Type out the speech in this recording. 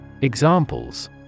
Examples